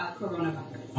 coronavirus